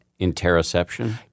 interoception